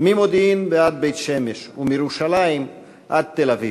ממודיעין ועד בית-שמש ומירושלים עד תל-אביב.